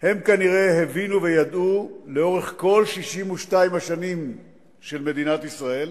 הם כנראה הבינו וידעו לאורך כל 62 השנים של מדינת ישראל,